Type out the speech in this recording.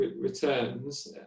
returns